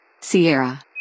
Sierra